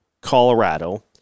Colorado